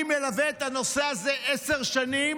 אני מלווה את הנושא הזה עשר שנים.